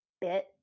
bit